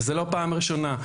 וזו לא הפעם הראשונה.